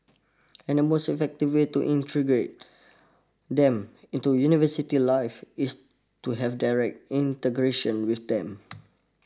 and the most effective way to integrate them into university life is to have direct integration with them